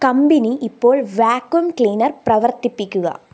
company ഇപ്പോള് vacuum cleaner പ്രവര്ത്തിപ്പിക്കുക